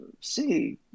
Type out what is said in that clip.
see